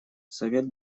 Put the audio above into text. совет